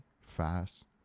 fast